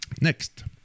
Next